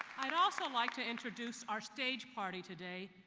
i'd also like to introduce our stage party today,